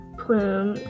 plume